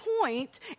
point